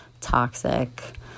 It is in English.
toxic